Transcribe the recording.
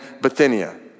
bithynia